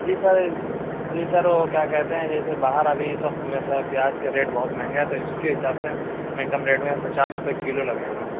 جی sir جی sir وہ کیا كہتے ہیں جیسے باہر ابھی اِس وقت میں سر پیاز كا ریٹ بہت مہنگا ہے تو اِس كے حساب سے میں كم ریٹ میں پچاس روپے كیلو لگائے ہُوا ہوں